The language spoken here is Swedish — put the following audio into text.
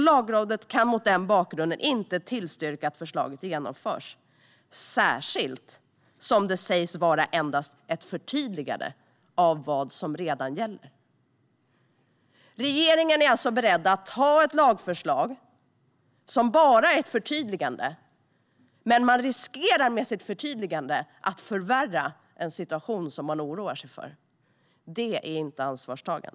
"Lagrådet kan mot den bakgrunden inte tillstyrka att förslaget genomförs, särskilt som det sägs vara endast ett förtydligande av vad som redan gäller." Regeringen är alltså beredd att genomföra ett lagförslag som bara är ett förtydligande, men man riskerar med sitt förtydligande att förvärra en situation som man oroar sig för. Detta är inte ansvarsfullt.